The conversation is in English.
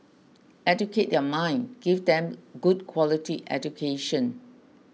educate their mind give them good quality education